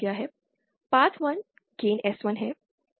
path 1 gain S1 है